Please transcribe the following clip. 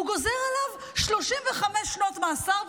הוא גוזר עליו 35 שנות מאסר.